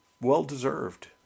well-deserved